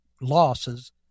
losses